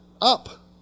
up